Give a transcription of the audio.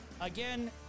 Again